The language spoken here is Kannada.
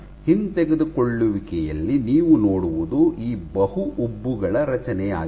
ಆದ್ದರಿಂದ ಹಿಂತೆಗೆದುಕೊಳ್ಳುವಿಕೆಯಲ್ಲಿ ನೀವು ನೋಡುವುದು ಈ ಬಹು ಉಬ್ಬುಗಳ ರಚನೆಯಾಗಿದೆ